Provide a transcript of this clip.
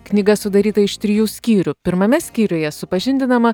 knyga sudaryta iš trijų skyrių pirmame skyriuje supažindinama